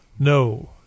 No